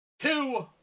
two